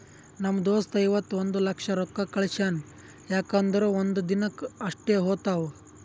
ನಮ್ ದೋಸ್ತ ಇವತ್ ಒಂದ್ ಲಕ್ಷ ರೊಕ್ಕಾ ಕಳ್ಸ್ಯಾನ್ ಯಾಕ್ ಅಂದುರ್ ಒಂದ್ ದಿನಕ್ ಅಷ್ಟೇ ಹೋತಾವ್